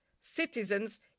citizens